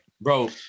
Bro